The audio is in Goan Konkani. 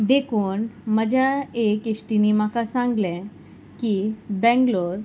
देखून म्हज्या एक इश्टिनीन म्हाका सांगलें की बेंगलोर